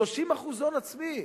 30% הון עצמי.